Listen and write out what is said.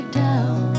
down